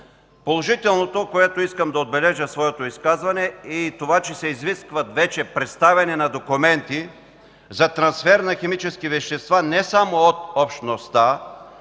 Положителното, което искам да отбележа в своето изказване, е и това, че се изисква вече представяне на документи за трансфер на химическите вещества не само от общността,